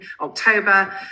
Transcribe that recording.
October